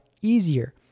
easier